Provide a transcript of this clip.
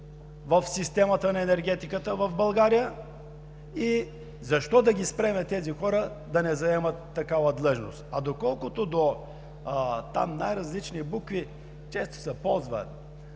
в системата на енергетиката в България и защо да спрем тези хора да не заемат такава длъжност? А колкото там – до най-различни букви, често се ползва